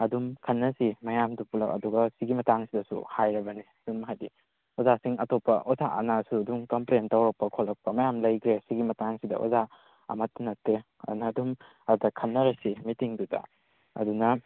ꯑꯗꯨꯝ ꯈꯟꯅꯁꯤ ꯃꯌꯥꯝꯗꯣ ꯄꯨꯜꯂꯞ ꯑꯗꯨꯒ ꯁꯤꯒꯤ ꯃꯇꯥꯡꯁꯤꯗꯁꯨ ꯍꯥꯏꯔꯕꯅꯦ ꯑꯗꯨꯝ ꯍꯥꯏꯗꯤ ꯑꯣꯖꯥꯁꯤꯡ ꯑꯇꯣꯞꯄ ꯑꯣꯖꯥ ꯑꯅꯥꯁꯨ ꯑꯗꯨꯝ ꯀꯝꯄ꯭ꯂꯦꯟ ꯇꯧꯔꯛꯄ ꯈꯣꯠꯂꯛꯄ ꯃꯌꯥꯝ ꯂꯩꯈ꯭ꯔꯦ ꯁꯤꯒꯤ ꯃꯇꯥꯡꯁꯤꯗ ꯑꯣꯖꯥ ꯑꯃꯠꯇ ꯅꯠꯇꯦ ꯑꯗꯨꯅ ꯑꯗꯨꯝ ꯍꯥꯏꯇꯥꯔꯦ ꯈꯟꯅꯔꯁꯤ ꯃꯤꯇꯤꯡꯗꯨꯗ ꯑꯗꯨꯅ